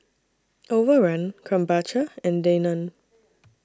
Overrun Krombacher and Danone